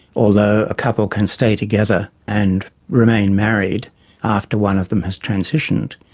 although a couple can stay together and remain married after one of them has transitioned,